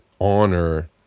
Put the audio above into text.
honor